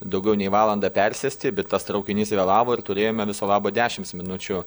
daugiau nei valandą persėsti bet tas traukinys vėlavo ir turėjome viso labo dešims minučių